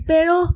Pero